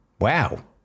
Wow